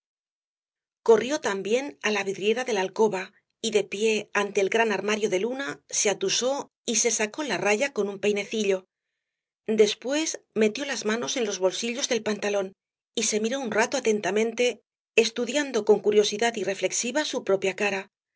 corrió también la vidriera de la alcoba y de pié ante el gran armario de luna se atusó y se sacó la raya con un peinecillo después metió las manos en los bolsillos del pantalón y se miró un rato atentamente estudiando con curiosidad irreflexiva su propia cara